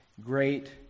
great